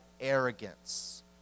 arrogance